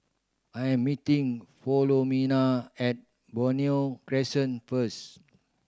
I am meeting Filomena at Benoi Crescent first